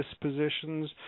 dispositions